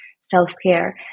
self-care